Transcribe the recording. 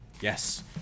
Yes